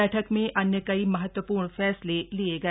बैठक में अन्य कई महत्वपूर्ण फैसले लिये गए